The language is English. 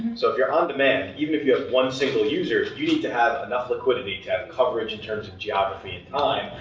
so if you're on demand, even if you have one single user, you need to have enough liquidity to have coverage in terms of geography and time,